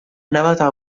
navata